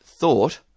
thought